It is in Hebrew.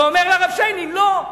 ואומר לרב שיינין: לא,